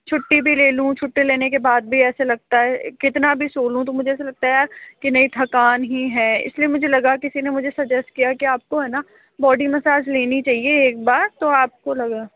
छुट्टी भी ले लूँ छुट्टी लेने के बाद भी ऐसा लगता है कितना भी सो लूँ तो मुझे ऐसा लगता है की नहीं थकान ही है इसलिए मुझे लगा किसी ने मुझे सजेस्ट किया की आपको है ना बॉडी मसाज लेनी चाहिए एक बार तो आपको लगा